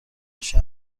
شهر